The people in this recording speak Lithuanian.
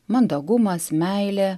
mandagumas meilė